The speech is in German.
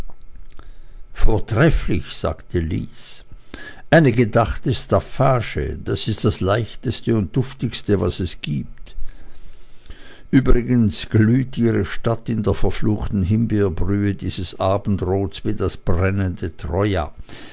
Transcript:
vortrefflich sagte lys eine gedachte staffage das ist das leichteste und duftigste was es gibt übrigens glüht ihre stadt in der verfluchten himbeerbrühe dieses abendrotes wie das brennende